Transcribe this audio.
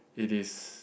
it is